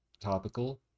Topical